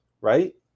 right